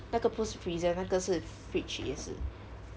那个不是 freezer 那个是 fridge 也是